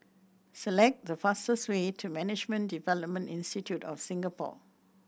select the fastest way to Management Development Institute of Singapore